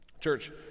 Church